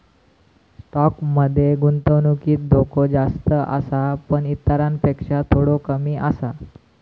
stock मध्ये गुंतवणुकीत धोको जास्त आसा पण इतरांपेक्षा थोडो कमी आसा